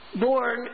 born